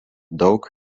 daug